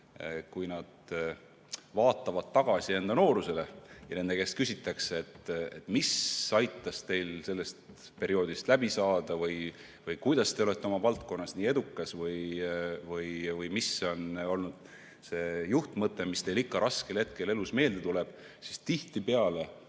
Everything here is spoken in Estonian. kui nad vaatavad tagasi enda noorusele ja nende käest küsitakse, mis aitas neil sellest perioodist läbi tulla või kuidas nad on oma valdkonnas nii edukad või mis on olnud see juhtmõte, mis neil raskel hetkel elus ikka meelde tuleb, tihtipeale